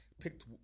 picked